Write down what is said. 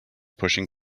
pushing